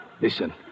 Listen